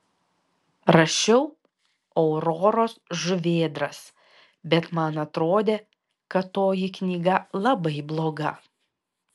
rašiau auroros žuvėdras bet man atrodė kad toji knyga labai bloga